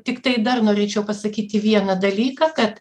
tiktai dar norėčiau pasakyti vieną dalyką kad